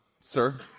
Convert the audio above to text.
sir